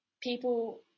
people